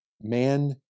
man